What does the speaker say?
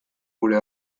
gure